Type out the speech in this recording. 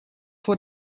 voor